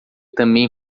também